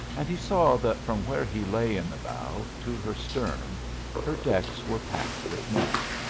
and he saw that from where he lay in the bow to her stern her decks were packed with men.